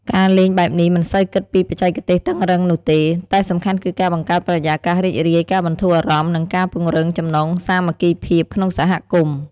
ការលេងបែបនេះមិនសូវគិតពីបច្ចេកទេសតឹងរឹងនោះទេ តែសំខាន់គឺការបង្កើតបរិយាកាសរីករាយ ការបន្ធូរអារម្មណ៍ និងការពង្រឹងចំណងសាមគ្គីភាពក្នុងសហគមន៍។